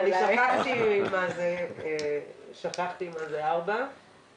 אני שכחתי מה זה 4:00 אחר הצוהריים.